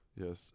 Yes